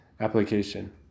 Application